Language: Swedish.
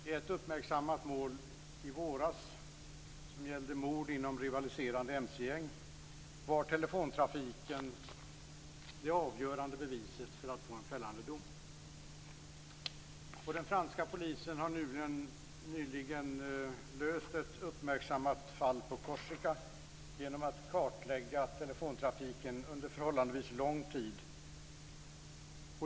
I ett uppmärksammat mål i våras, som gällde ett mord inom rivaliserande mc-gäng, var telefontrafiken det avgörande beviset för att få en fällande dom. Den franska polisen har nyligen löst ett uppmärksammat fall på Korsika genom att kartlägga telefontrafiken under en förhållandevis lång tid.